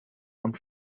und